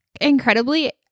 incredibly